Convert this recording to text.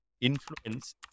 influence